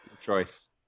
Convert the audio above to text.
Choice